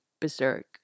berserk